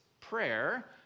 prayer